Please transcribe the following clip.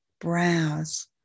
browse